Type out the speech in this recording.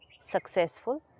successful